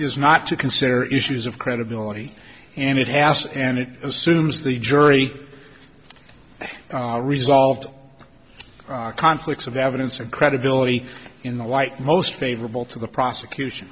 is not to consider issues of credibility and it has and it assumes the jury resolved conflicts of evidence or credibility in the light most favorable to the prosecution